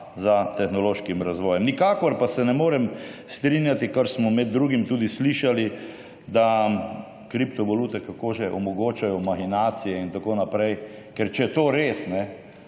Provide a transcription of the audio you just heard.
za tehnološkim razvojem. Nikakor pa se ne morem strinjati, kar smo med drugim tudi slišali, da kriptovalute – kako že? – omogočajo mahinacije in tako naprej. Najbrž tudi,